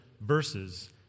verses